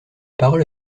parole